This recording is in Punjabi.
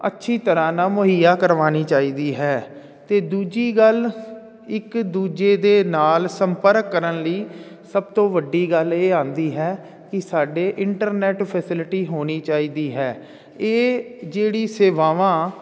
ਅੱਛੀ ਤਰ੍ਹਾਂ ਨਾਲ ਮੁਹੱਈਆ ਕਰਵਾਉਣੀ ਚਾਹੀਦੀ ਹੈ ਅਤੇ ਦੂਜੀ ਗੱਲ ਇੱਕ ਦੂਜੇ ਦੇ ਨਾਲ ਸੰਪਰਕ ਕਰਨ ਲਈ ਸਭ ਤੋਂ ਵੱਡੀ ਗੱਲ ਇਹ ਆਉਂਦੀ ਹੈ ਕਿ ਸਾਡੇ ਇੰਟਰਨੈਟ ਫੈਸਲਿਟੀ ਹੋਣੀ ਚਾਹੀਦੀ ਹੈ ਇਹ ਜਿਹੜੀ ਸੇਵਾਵਾਂ